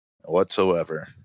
whatsoever